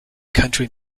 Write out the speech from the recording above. country